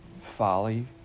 folly